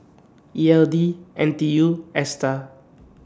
E L D N T U and ASTAR